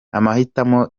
amahitamo